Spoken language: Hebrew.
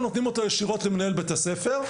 אנחנו נותנים אותו ישירות למנהל בית הספר,